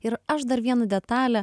ir aš dar vieną detalę